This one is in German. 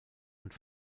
und